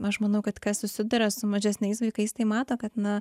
aš manau kad kas susiduria su mažesniais vaikais tai mato kad na